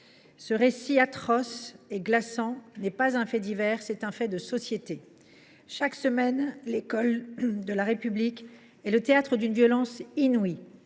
Cet épisode atroce et glaçant n’est pas un fait divers : c’est un fait de société. Chaque semaine, l’école de la République est le théâtre d’une violence inouïe.